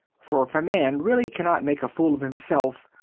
for if a man really cannot make a fool of him self,